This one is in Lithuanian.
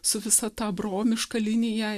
su visa ta bromiška linija